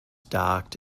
docked